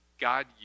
God